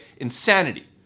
Insanity